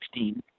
2016